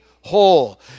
whole